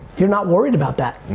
you're not worried about that.